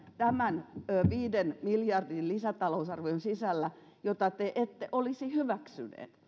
tämän viiden miljardin lisätalousarvion sisällä yhtäkään toimea jota te ette olisi hyväksyneet